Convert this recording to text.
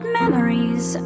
memories